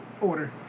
order